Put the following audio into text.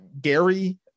Gary